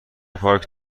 پارک